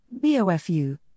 BOFU